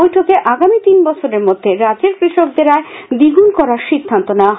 বৈঠকে আগামী তিন বছরের মধ্যে রাজ্যের কৃষকদের আয় দ্বিগুন করার সিদ্বান্ত নেওয়া হয়